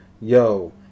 yo